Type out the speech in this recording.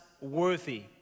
worthy